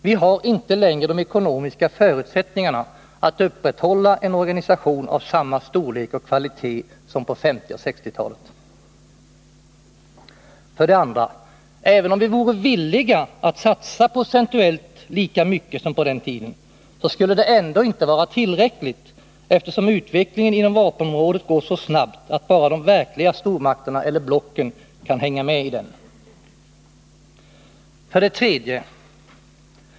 Vi har inte längre de ekonomiska förutsättningarna att upprätthålla en organisation av samma storlek och kvalitet som på 1950 och 1960-talen. 2. Även om vi vore villiga att satsa procentuellt lika mycket som på den tiden, så skulle det ändå inte vara tillräckligt, eftersom utvecklingen inom vapenområdet går så snabbt att bara de verkliga stormakterna eller blocken kan hänga med. 3.